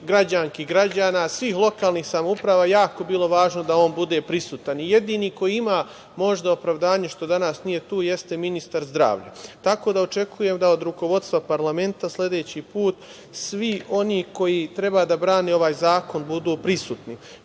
građanki i građana, svih lokalnih samouprava, jako bilo važno da on bude prisutan. Jedini koji ima možda opravdanje što danas nije tu jeste ministar zdravlja, tako da očekujem od rukovodstva parlamenta da sledeći put svi oni koji treba da brane ovaj zakon budu prisutni. Vrednost